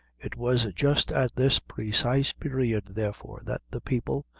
it was just at this precise period, therefore, that the people,